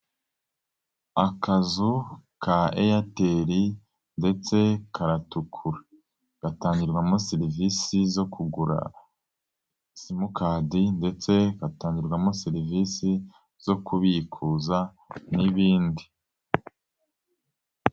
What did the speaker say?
Akazu ka Airtel ndetse karatukura. Gatangirwamo serivisi zo kugura simukadi ndetse hatangirwamo serivisi zo kubikuza n'ibindi.